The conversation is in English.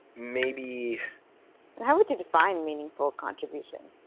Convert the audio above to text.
maybe how would you define meaningful contribution?